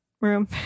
room